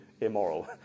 immoral